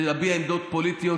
להביע עמדות פוליטיות,